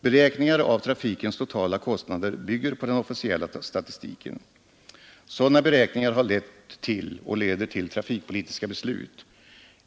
Beräkningar av trafikens totala kostnader bygger på den officiella statistiken. Sådana beräkningar har lett till och leder till trafikpolitiska beslut.